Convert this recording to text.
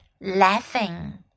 laughing